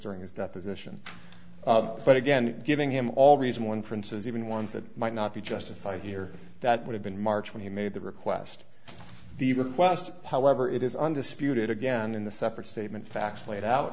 during his deposition but again giving him all reasonable inferences even ones that might not be justified here that would have been march when he made the request the request however it is undisputed again in the separate statement facts laid out